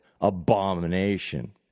abomination